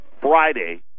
Friday